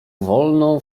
wolno